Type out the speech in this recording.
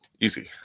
Easy